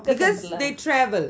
because they travel